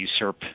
usurp